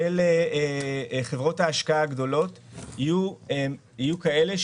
של חברות ההשקעה הגדולות יהיו מבוססות